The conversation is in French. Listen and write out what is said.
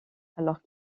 alors